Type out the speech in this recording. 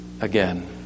again